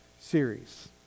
series